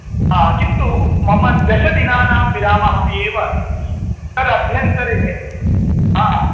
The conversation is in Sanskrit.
किन्तु मम दशदिनानां विरामः एव अस्ति तद् अभ्यन्तरे हा